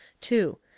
Two